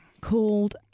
Called